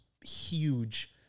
huge